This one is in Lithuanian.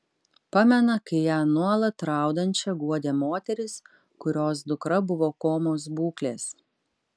pamena kai ją nuolat raudančią guodė moteris kurios dukra buvo komos būklės